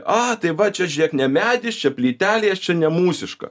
a tai va čia žiūrėk ne medis čia plytelės čia nemūsiška